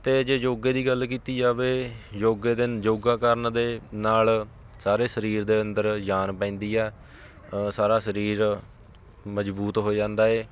ਅਤੇ ਜੇ ਯੋਗੇ ਦੀ ਗੱਲ ਕੀਤੀ ਜਾਵੇ ਯੋਗੇ ਦੇ ਯੋਗਾ ਕਰਨ ਦੇ ਨਾਲ ਸਾਰੇ ਸਰੀਰ ਦੇ ਅੰਦਰ ਜਾਨ ਪੈਂਦੀ ਆ ਸਾਰਾ ਸਰੀਰ ਮਜ਼ਬੂਤ ਹੋ ਜਾਂਦਾ ਏ